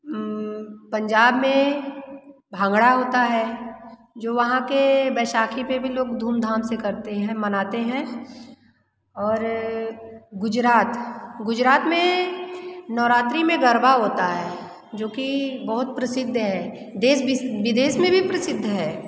पंजाब में भांगड़ा होता है जो वहाँ के बैसाखी पर भी लोग धूमधाम से करते हैं मनाते हैं और गुजरात गुजरात में नवरात्रि में गरबा होता है जो की बहुत प्रसिद्ध है देश विदेश में भी प्रसिद्ध है